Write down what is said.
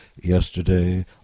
Yesterday